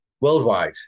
worldwide